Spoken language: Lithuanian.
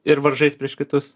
ir varžais prieš kitus